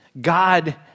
God